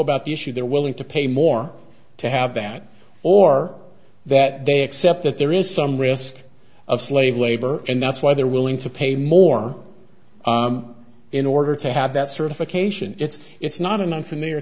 about the issue they're willing to pay more to have that or that they accept that there is some risk of slave labor and that's why they're willing to pay more in order to have that certification it's it's not an unfamiliar